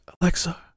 Alexa